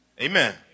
Amen